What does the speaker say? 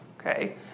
Okay